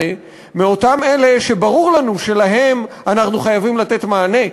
עם אותם אלה שברור לנו שלהם אנחנו חייבים לתת מענה,